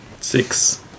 Six